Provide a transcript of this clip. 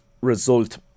result